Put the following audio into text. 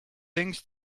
thinks